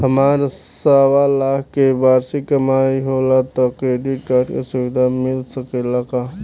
हमार सवालाख के वार्षिक कमाई होला त क्रेडिट कार्ड के सुविधा मिल सकेला का?